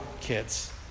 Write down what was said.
kids